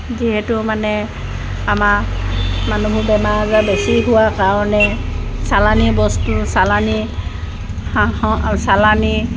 যিহেতু মানে আমাৰ মানুহৰ বেমাৰ আজাৰ বেছি হোৱাৰ কাৰণে চালানী বস্তু চালানী হাঁহ চালানী